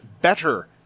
better